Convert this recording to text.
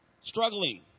struggling